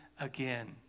again